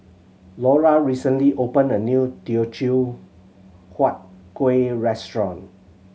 Lora recently opened a new Teochew Huat Kueh restaurant